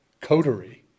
coterie